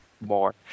more